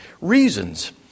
reasons